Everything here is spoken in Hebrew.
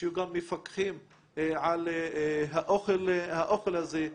שיהיו גם מפקחים על האוכל הזה.